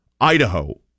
Idaho